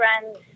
friends